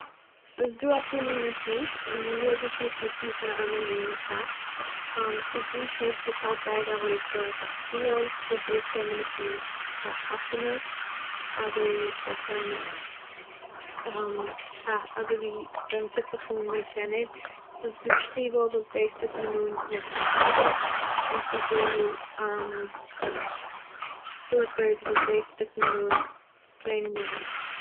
ס'איז דא אפאר מינע שיך און יעדע שיך נוצט מען פאר א אנדערע מינע צייט, ס'איז דא שיך וואס האט זייער א הויעכע היל וואס דאס קען מען נוצן פאר חתונות אדער פאר שיינע צייט- אזוי ווי ווען מ'טוט זיך אן מער שענער, ס'איז דא שטיוול וואס דאס טוט מען אן ווען ס'שנייט, און ס'איז דא סליפערס וואס דאס טוט מען אן פלעין אינדערהיים.